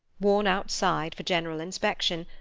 worn outside for general inspection,